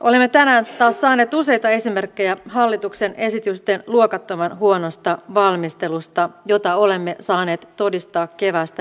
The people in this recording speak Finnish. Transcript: olemme tänään taas saaneet useita esimerkkejä hallituksen esitysten luokattoman huonosta valmistelusta jota olemme saaneet todistaa keväästä lähtien